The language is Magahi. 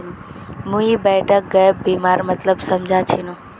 मुई बेटाक गैप बीमार मतलब समझा छिनु